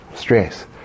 stress